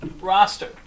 roster